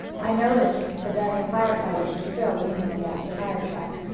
i noticed the veteran firefighters were still leaning against the firetruck.